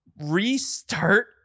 restart